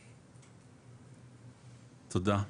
תודה.